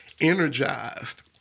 energized